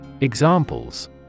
examples